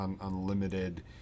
unlimited